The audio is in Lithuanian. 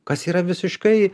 kas yra visiškai